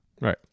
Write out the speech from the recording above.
right